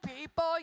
people